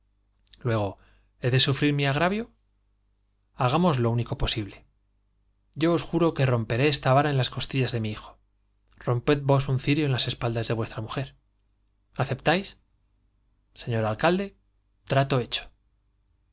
luego he de sufrir mi agravio hagamos lo único posible yo os juro que romperé esta vara en las costillas de mi hijo romped vos un cirio en las espaldas de vuestra mujer aceptáis señor alcalde trato hecho